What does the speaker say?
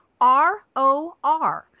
ROR